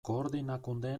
koordinakunde